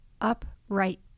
upright